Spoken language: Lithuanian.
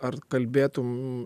ar kalbėtum